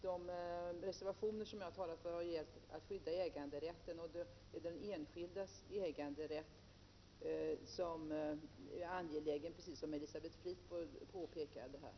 De reservationer jag har talat för gäller skyddet av äganderätten, och det är den enskildes äganderätt som är angelägen, precis som Elisabeth Fleetwood